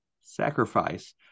sacrifice